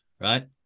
right